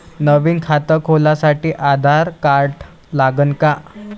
नवीन खात खोलासाठी आधार कार्ड लागन का?